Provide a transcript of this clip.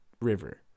River